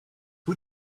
who